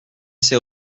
s’est